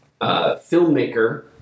filmmaker